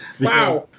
Wow